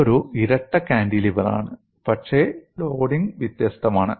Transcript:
ഇതൊരു ഇരട്ട കാന്റിലിവറാണ് പക്ഷേ ലോഡിംഗ് വ്യത്യസ്തമാണ്